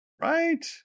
right